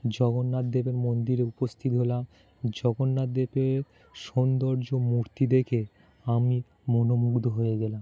জগন্নাথদেবের মন্দিরে উপস্থিত হলাম জগন্নাথদেবের সৌন্দর্য মূর্তি দেখে আমি মনঃমুগ্ধ হয়ে গেলাম